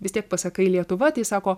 vis tiek pasakai lietuva tai sako